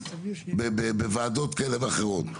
בוועדות כאלה ואחרות.